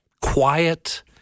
quiet